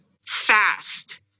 fast